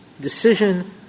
decision